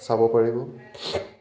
চাব পাৰিব